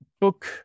book